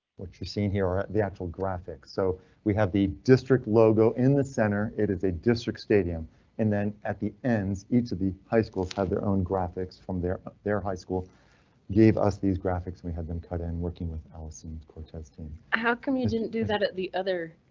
what you're seeing here at the actual graphics, so we have the district logo in the center. it is a district stadium and then at the end each of the high schools have their own graphics from their their high school gave us these graphics and we had them cut in working with allison cortez team. how come you didn't do that at the other